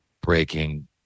breaking